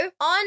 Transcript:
on